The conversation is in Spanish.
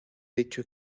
dicho